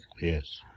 Yes